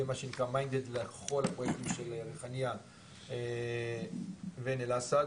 יהיה מה שנקרא בתוך כל הפרויקטים של ריחאניה ועין אל-אסד.